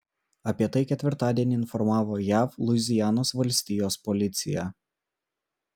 apie tai ketvirtadienį informavo jav luizianos valstijos policija